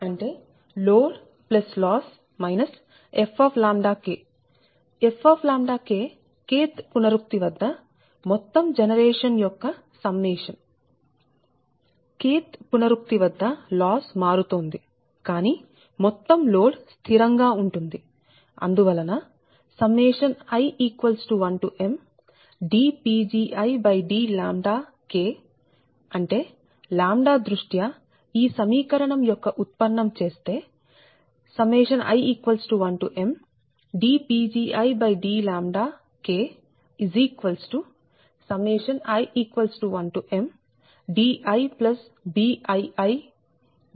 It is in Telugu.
అంటే loadloss fK fK kth పునరుక్తి వద్ద మొత్తం జనరేషన్ యొక్క సమ్మేషన్ kth పునరుక్తి వద్ద లాస్ మారుతోంది కానీ మొత్తం లోడ్ స్థిరం గా ఉంటుంది అందువలనi1mdPgidλ అంటే దృష్ట్యా ఈ సమీకరణం యొక్క ఉత్పన్నం చేస్తే i1mdPgidλi1mdiBiibi 2dij1 j≠imBijPgj 2diKBii2 వస్తుంది